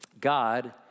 God